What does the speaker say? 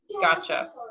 Gotcha